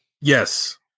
Yes